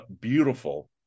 beautiful